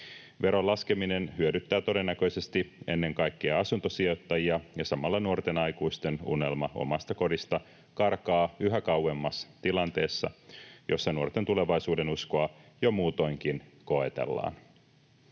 Veron laskeminen hyödyttää todennäköisesti ennen kaikkea asuntosijoittajia, ja samalla nuorten aikuisten unelma omasta kodista karkaa yhä kauemmas tilanteessa, jossa nuorten tulevaisuudenuskoa jo muutoinkin koetellaan.